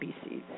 species